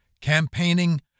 campaigning